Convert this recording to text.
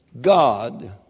God